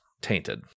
tainted